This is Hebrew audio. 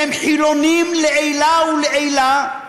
והם חילונים לעילא ולעילא,